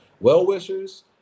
Well-wishers